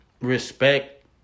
respect